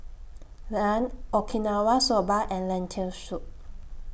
Naan Okinawa Soba and Lentil Soup